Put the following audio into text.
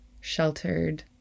sheltered